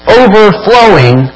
overflowing